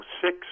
six